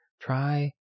try